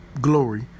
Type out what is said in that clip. glory